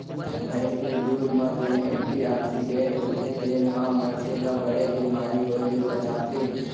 भईंस के दूद म जेन एंटी आक्सीडेंट्स होथे तेन ह मनसे ल बड़े बेमारी होय ले बचाथे